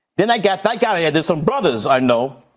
then i get that guy. yeah there's some brothers i know.